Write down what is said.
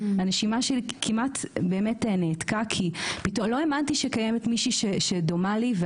הנשימה שלי כמעט נעתקה כי לא האמנתי שקיימת מישהי שדומה לי,